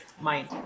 mind